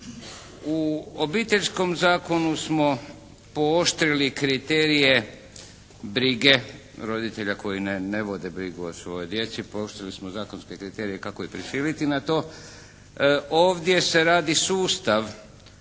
U Obiteljskom zakonu smo pooštrili kriterije brige roditelja koji ne vode brigu o svojoj djecu, pooštrili smo zakonske kriterije kako ih prisiliti na to. Ovdje se radi sustav